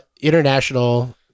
international